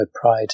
pride